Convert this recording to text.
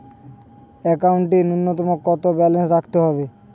একাউন্টে নূন্যতম কত ব্যালেন্স রাখতে হবে?